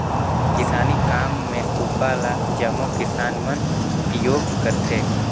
किसानी काम मे सूपा ल जम्मो किसान मन उपियोग करथे